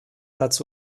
dazu